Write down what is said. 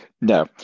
No